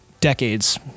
decades